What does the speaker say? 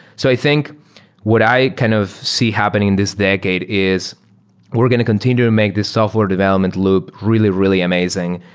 so i think what i kind of see happening this decade is we're going to continue to make the software development loop really, really amazing.